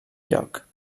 lloc